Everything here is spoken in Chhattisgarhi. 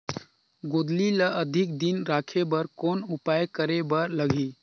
गोंदली ल अधिक दिन राखे बर कौन उपाय करे बर लगही?